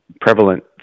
prevalent